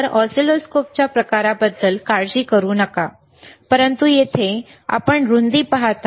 तर ऑसिलोस्कोपच्या प्रकाराबद्दल काळजी करू नका परंतु येथे फायदा आहे आपण रुंदी पाहता